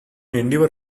endeavour